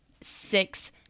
six